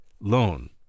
loan